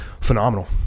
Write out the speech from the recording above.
Phenomenal